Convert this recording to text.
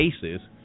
cases